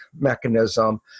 mechanism